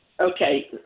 Okay